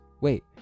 wait